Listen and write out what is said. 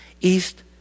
east